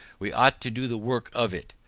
we ought to do the work of it,